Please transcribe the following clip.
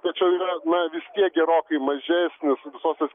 tačiau yra na vis tiek gerokai mažesnis visose